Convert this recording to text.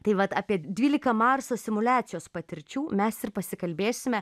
tai vat apie dvylika marso simuliacijos patirčių mes ir pasikalbėsime